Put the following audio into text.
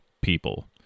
people